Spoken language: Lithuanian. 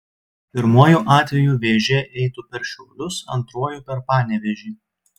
pirmuoju atveju vėžė eitų per šiaulius antruoju per panevėžį